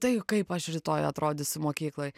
taip kaip aš rytoj atrodysiu mokykloj